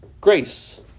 Grace